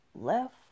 left